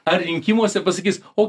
ar rinkimuose pasakys